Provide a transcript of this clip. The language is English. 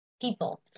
people